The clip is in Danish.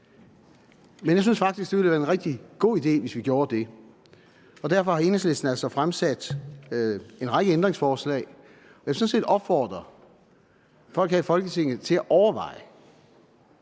men jeg synes faktisk, det ville være en rigtig god idé, hvis vi gjorde det. Derfor har Enhedslisten altså stillet en række ændringsforslag, og jeg vil sådan set opfordre medlemmerne af Folketinget til at overveje,